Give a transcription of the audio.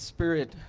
Spirit